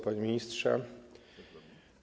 Panie Ministrze!